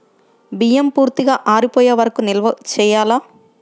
బియ్యం పూర్తిగా ఆరిపోయే వరకు నిల్వ చేయాలా?